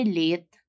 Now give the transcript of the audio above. late